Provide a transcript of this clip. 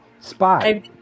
Spy